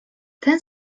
ten